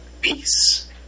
Peace